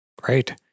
Great